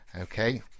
okay